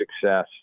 success